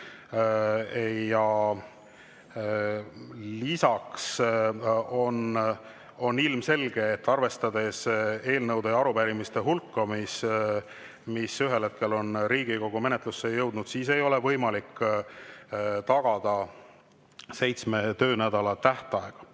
Lisaks on ilmselge, et arvestades eelnõude ja arupärimiste hulka, mis ühel hetkel on Riigikogu menetlusse jõudnud, ei ole võimalik tagada seitsme töönädala tähtaega.